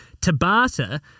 Tabata